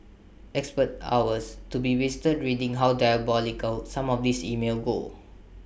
expect hours to be wasted reading how diabolical some of these emails go